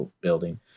building